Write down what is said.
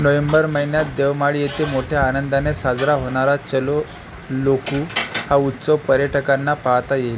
November महिन्यात देवमाळी येथे मोठ्या आनंदाने साजरा होणारा चलो लोकू हा उत्सव पर्यटकांना पाहता येईल